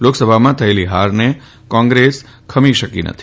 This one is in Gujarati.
લોકસભામાં થયેલી હારને કોંગ્રેસ ખમી શકી નથી